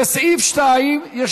לסעיף 2 יש